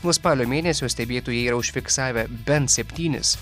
nuo spalio mėnesio stebėtojai yra užfiksavę bent septynis